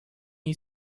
you